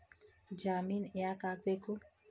ಜಾಮಿನ್ ಯಾಕ್ ಆಗ್ಬೇಕು?